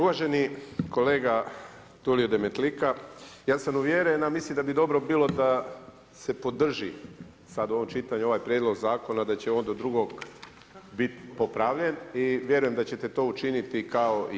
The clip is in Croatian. Uvaženi kolega Tulio Demetlika, ja sam uvjeren a mislim da bi dobro bilo, da se podrži, sad u ovom čitanju, ovaj prijedlog zakona, da će on do drugog biti popravljen i vjerujem da ćete to učiniti kao i ja.